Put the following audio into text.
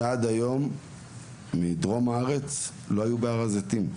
שעד היום לא היו בהר הזיתים.